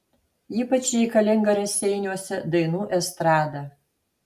ypač reikalinga raseiniuose dainų estrada